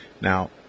Now